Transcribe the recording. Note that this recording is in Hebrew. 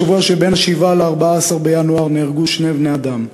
בשבוע שבין ה-7 ל-14 בינואר נהרגו שני בני-אדם,